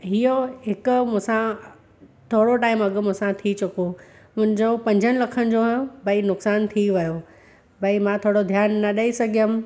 हीओ हिकु मुसां थोरो टाइम अॻु मुसां थी चुको मुंहिंजो पंजनि लखनि जो भई नुक़सानु थी वियो भई मां थोरो ध्यानु न ॾेई सघियमि